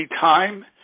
time